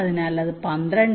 അതിനാൽ അത് 12